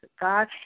God